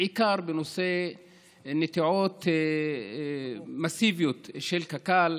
בעיקר בנושא נטיעות מסיביות של קק"ל,